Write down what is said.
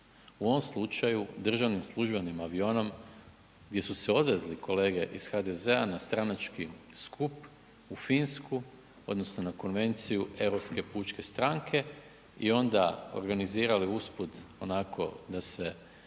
U ovom slučaju državnim službenim avionom gdje su se odvezli kolege iz HDZ-a na stranački skup u Finsku, odnosno na konvenciju Europske pučke stranke i onda organizirali usput onako da se